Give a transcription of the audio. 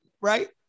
right